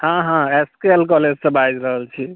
हाँ हाँ S K L कॉलेजसँ बाजि रहल छी